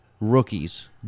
rookies